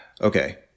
okay